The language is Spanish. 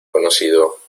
conocido